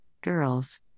Girls